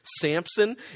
Samson